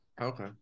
Okay